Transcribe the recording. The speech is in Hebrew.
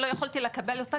שלא יכולתי לקבל אותה.